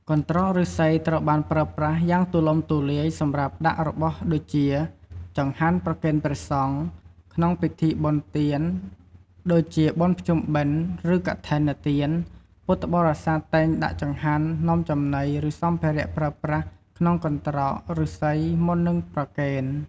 កន្ត្រកឫស្សីត្រូវបានប្រើប្រាស់យ៉ាងទូលំទូលាយសម្រាប់ដាក់របស់ដូចជា ចង្ហាន់ប្រគេនព្រះសង្ឃ ក្នុងពិធីបុណ្យទាន ដូចជាបុណ្យភ្ជុំបិណ្ឌ ឬកឋិនទាន ពុទ្ធបរិស័ទតែងដាក់ចង្ហាន់ នំចំណី ឬសម្ភារៈប្រើប្រាស់ក្នុងកន្ត្រកឫស្សីមុននឹងប្រគេន។